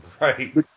right